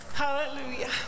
Hallelujah